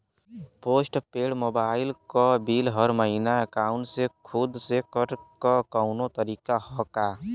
Post paid mobile क bill हर महिना एकाउंट से खुद से कटे क कौनो तरीका ह का?